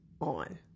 on